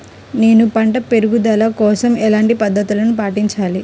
నేను పంట పెరుగుదల కోసం ఎలాంటి పద్దతులను పాటించాలి?